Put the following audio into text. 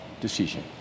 decision